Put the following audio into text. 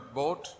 boat